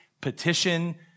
petition